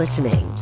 listening